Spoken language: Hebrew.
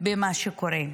במה שקורה.